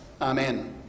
Amen